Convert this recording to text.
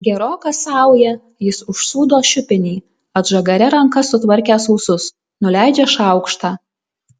geroka sauja jis užsūdo šiupinį atžagaria ranka sutvarkęs ūsus nuleidžia šaukštą